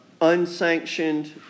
unsanctioned